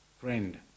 friend